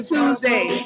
Tuesday